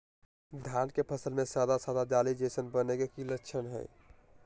धान के फसल में सादा सादा जाली जईसन बने के कि लक्षण हय?